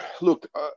look